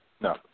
No